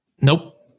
Nope